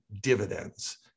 dividends